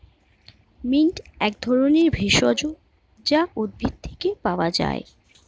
mint এক ধরনের ভেষজ যা উদ্ভিদ থেকে পাওয় যায়